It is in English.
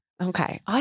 Okay